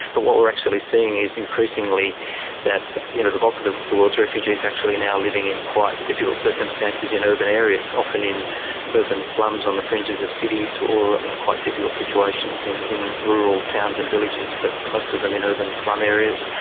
but what we are actually seeing is increasingly that you know the bulk of the the world's refugees are actually now living in quite difficult circumstances in you know urban areas, often in urban slums on the fringes of cities or in quite difficult situations in in rural towns and villages, but most of them in urban slum areas.